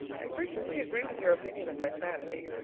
i frequently agree with your opinion of my sanity.